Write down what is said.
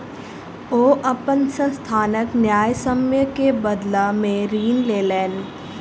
ओ अपन संस्थानक न्यायसम्य के बदला में ऋण लेलैन